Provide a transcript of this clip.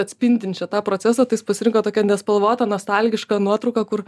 atspindinčią tą procesą tai jis pasirinko tokią nespalvotą nostalgišką nuotrauką kur